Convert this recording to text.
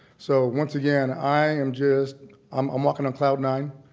so, once again, i am just um i'm walking on cloud nine.